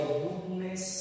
goodness